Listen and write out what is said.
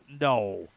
No